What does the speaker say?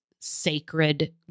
sacred